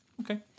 Okay